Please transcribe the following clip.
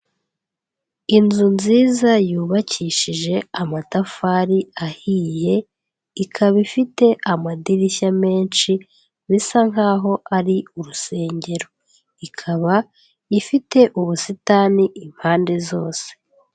Inzu nziza yubakishije amatafari ahiye ikaba ifite amadirishya menshi bisa nkaho ari urusengero, ikaba ifite ubusitani impande zose.